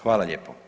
Hvala lijepo.